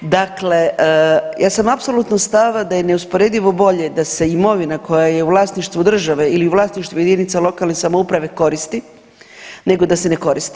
Dakle, ja sam apsolutno stava da je neusporedivo bolje da se imovina koja je u vlasništvu države ili u vlasništvu jedinice lokalne samouprave koristi nego da se ne koristi.